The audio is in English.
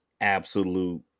absolute